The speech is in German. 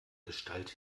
gestalt